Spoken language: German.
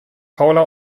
paula